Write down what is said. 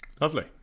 Lovely